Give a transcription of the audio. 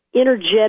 energetic